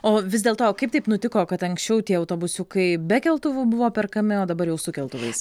o vis dėl to kaip taip nutiko kad anksčiau tie autobusiukai be keltuvų buvo perkami o dabar jau su keltuvais